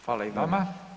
Hvala i vama.